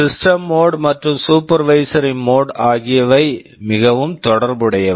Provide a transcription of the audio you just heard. system system mode mode மற்றும் supervisory mode supervisory mode ஆகியவை மிகவும் தொடர்புடையவை